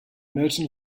merton